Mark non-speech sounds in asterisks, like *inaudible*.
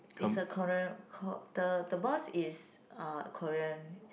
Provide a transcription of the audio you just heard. is a Korean *noise* the the boss is uh Korean